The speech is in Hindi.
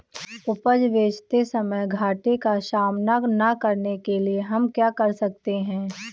उपज बेचते समय घाटे का सामना न करने के लिए हम क्या कर सकते हैं?